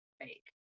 fake